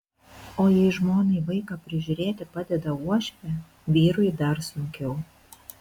o jei žmonai vaiką prižiūrėti padeda uošvė vyrui dar sunkiau